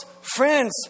friends